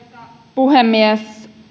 puhemies